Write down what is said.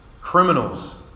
criminals